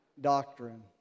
doctrine